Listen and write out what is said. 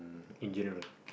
in general